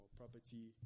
property